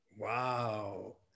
Wow